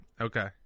Okay